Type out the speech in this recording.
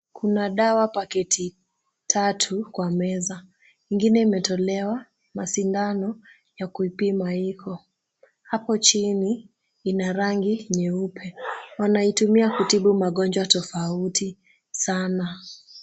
Kuna dawa paketi tatu kwa meza. Ingine imetolewa na sindano ya kuipima iko. Hapo chini ina rangi nyeupe. Wanaitumia kutibu magonjwa tofauti sana.